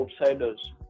outsiders